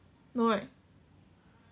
no right